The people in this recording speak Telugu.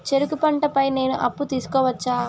చెరుకు పంట పై నేను అప్పు తీసుకోవచ్చా?